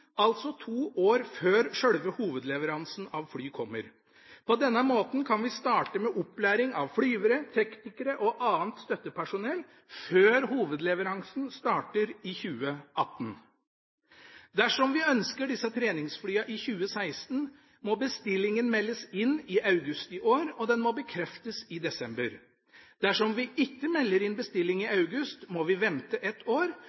altså to år før sjølve hovedleveransen av fly kommer. På denne måten kan vi starte med opplæring av flyvere, teknikere og annet støttepersonell før hovedleveransen starter i 2018. Dersom vi ønsker disse treningsflyene i 2016, må bestillingen meldes inn i august i år, og den må bekreftes i desember. Dersom vi ikke melder inn bestilling i august, må vi vente et år,